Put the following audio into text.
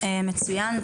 מצוין.